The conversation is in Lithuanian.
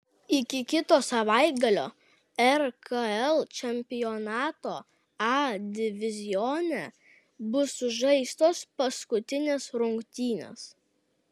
iki kito savaitgalio rkl čempionato a divizione bus sužaistos paskutinės rungtynės